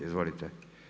Izvolite.